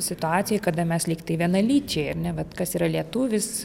situacijoj kada mes lyg tai vienalyčiai ar ne vat kas yra lietuvis